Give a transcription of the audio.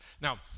now